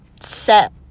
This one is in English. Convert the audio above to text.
set